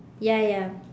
ya ya